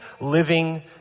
living